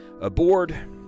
aboard